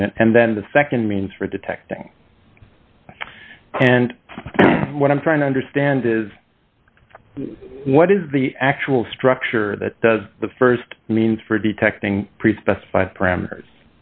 unit and then the nd means for detecting and what i'm trying to understand is what is the actual structure that the st means for detecting pre specified parameters